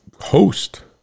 host